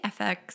FX